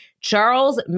Charles